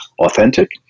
authentic